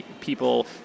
people